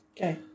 Okay